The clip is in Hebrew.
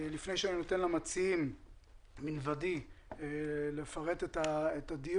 לפני שאני נותן למציעים לפרט את ההצעה